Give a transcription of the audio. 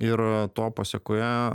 ir to pasekoje